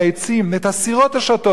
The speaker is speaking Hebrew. את הסירות השטות בנהר,